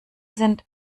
sind